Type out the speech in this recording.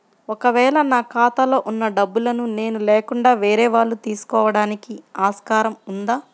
ఒక వేళ నా ఖాతాలో వున్న డబ్బులను నేను లేకుండా వేరే వాళ్ళు తీసుకోవడానికి ఆస్కారం ఉందా?